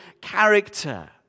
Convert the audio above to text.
character